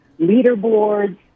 leaderboards